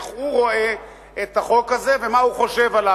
איך הוא רואה את החוק הזה ומה הוא חושב עליו,